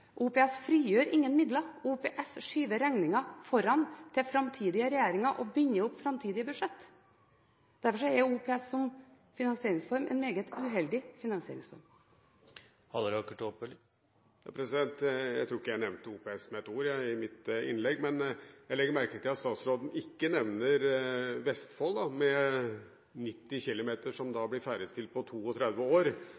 OPS frigjør ingen midler. OPS skyver regningen framover, til framtidige regjeringer og binder opp framtidige budsjett. Derfor er OPS som finansieringsform en meget uheldig finansieringsform. Jeg tror ikke jeg nevnte OPS én gang i mitt innlegg. Jeg legger merke til at statsråden ikke nevner Vestfold – der 90 km